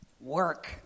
Work